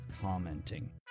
commenting